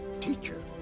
teacher